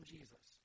Jesus